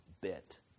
bit